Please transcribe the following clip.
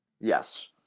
Yes